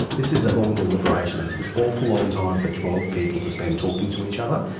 this is a long deliberation. that's an awful long time for twelve people to spend talking to each other.